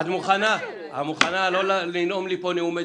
לא רק